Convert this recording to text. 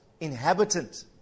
inhabitant